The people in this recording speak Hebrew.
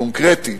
קונקרטית.